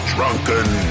Drunken